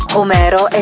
Homero